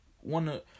one